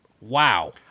Wow